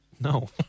No